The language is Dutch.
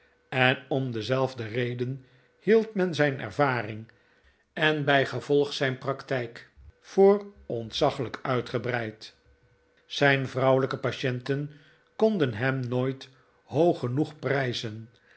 en om dezelfde reden hield men zijn ervaring en bijgevolg zijn praktijk voor ontzaglijk uitgebreid zijn vrouwelijke patienten konden hem nooit hoog genoeg prijzen